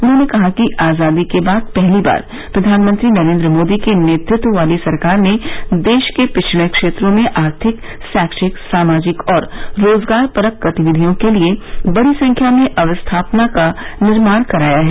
उन्होंने कहा कि आजादी के बाद पहली बार प्रधानमंत्री नरेन्द्र मोदी के नेतृत्व वाली सरकार ने देश के पिछड़े क्षेत्रों में आर्थिक शैक्षिक सामाजिक और रोजगार परक गतिविधियों के लिये बड़ी संख्या में अवस्थापना का निर्माण कराया है